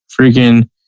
freaking